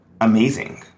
amazing